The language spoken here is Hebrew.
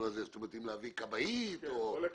למשל להביא כבאית וכדומה?